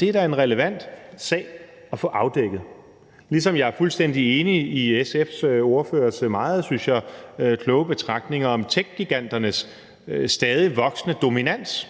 Det er da en relevant sag at få afdækket, ligesom jeg er fuldstændig enig i SF's ordførers meget, synes jeg, kloge betragtninger om techgiganternes stadig voksende dominans.